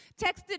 texted